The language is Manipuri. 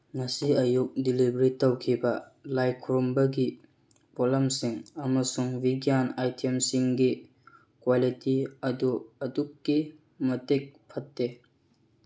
ꯉꯁꯤ ꯑꯌꯨꯛ ꯗꯤꯂꯤꯚꯔꯤ ꯇꯧꯈꯤꯕ ꯂꯥꯏ ꯈꯨꯔꯨꯝꯕꯒꯤ ꯄꯣꯠꯂꯝꯁꯤꯡ ꯑꯃꯁꯨꯡ ꯚꯤꯒ꯭ꯌꯥꯟ ꯑꯥꯏꯇꯦꯝꯁꯤꯡꯒꯤ ꯀ꯭ꯋꯥꯂꯤꯇꯤ ꯑꯗꯨ ꯑꯗꯨꯛꯀꯤ ꯃꯇꯤꯛ ꯐꯠꯇꯦ